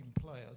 players